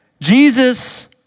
Jesus